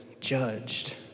judged